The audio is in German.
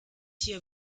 hier